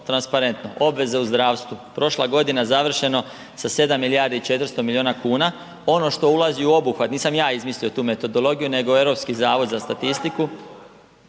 transparentno, obveze u zdravstvu, prošla godina završeno sa 7 milijardi 400 milijuna kuna. Ono što ulazi u obuhvat, nisam ja izmislio tu metodologiju, nego Europski zavod za statistiku…